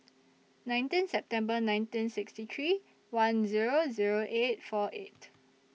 nineteen September nineteen sixty three one Zero Zero eight four eight